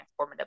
transformative